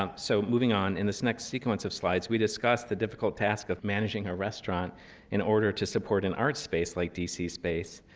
so moving on, in this next sequence of slides, we discuss the difficult task of managing a restaurant in order to support an art space like d c. space,